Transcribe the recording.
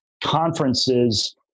conferences